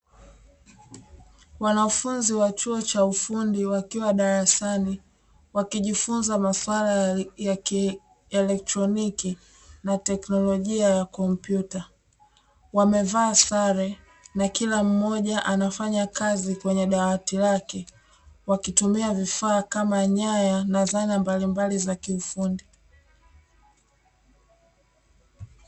Wanafunzi wa chuo cha ufundi wakiwa darasani wakijifunza masuala ya kielekroniki na teknolojia ya kompyuta, wamevaa sare na kila mmoja anafanya kazi kwenye dawati lake wakitumia vifaa kama nyaya na zana mbalimbali za kiufundi.